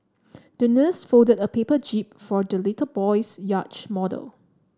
the nurse folded a paper jib for the little boy's yacht model